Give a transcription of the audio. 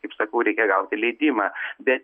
kaip sakau reikia gauti leidimą bet